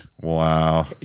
Wow